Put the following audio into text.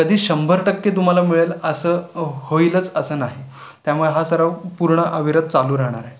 कधी शंभर टक्के तुम्हाला मिळेल असं होईलच असं नाही त्यामुळे हा सराव पूर्ण अविरत चालू राहणार आहे